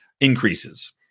increases